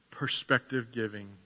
perspective-giving